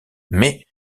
mais